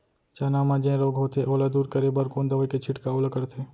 चना म जेन रोग होथे ओला दूर करे बर कोन दवई के छिड़काव ल करथे?